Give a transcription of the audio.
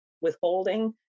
withholding